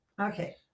Okay